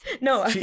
No